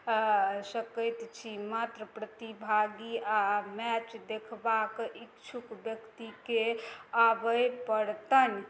सकैत छी मात्र प्रतिभागी आओर मैच देखबाक इच्छुक व्यक्तिके आबय पड़तनि